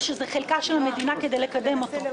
או שזו חלקה של המדינה כדי לקדם אותו?